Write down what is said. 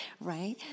Right